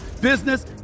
business